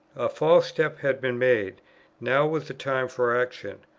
a false step had been made now was the time for action.